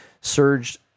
surged